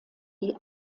die